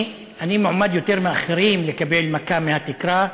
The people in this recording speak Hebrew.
אני מועמד יותר מאחרים לקבל מכה מהתקרה,